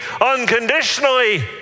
unconditionally